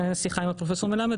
מהשיחה עם הפרופסור מלמד,